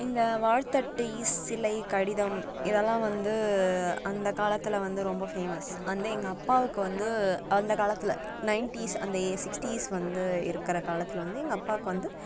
இந்த வாழ்த்து அட்டை சிலை கடிதம் இதெல்லாம் வந்து அந்த காலத்தில் வந்து ரொம்ப ஃபேமஸ் வந்து எங்கள் அப்பாவுக்கு வந்து அந்த காலத்தில் நைன்ட்டீஸ் அந்தைய சிக்ஸ்டீஸ் வந்து இருக்கிற காலத்தில் வந்து எங்கப்பாவுக்கு வந்து